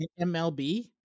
MLB